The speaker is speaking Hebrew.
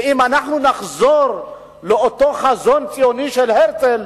ואם אנחנו נחזור לאותו חזון ציוני של הרצל,